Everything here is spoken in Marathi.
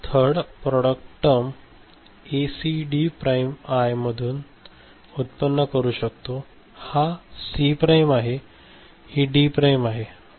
third product term ACD prime आय मधून उत्पन्न करू शकतो हा सी प्राइम आहे आणि ही डी प्राइम आहे